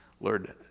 Lord